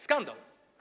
Skandal!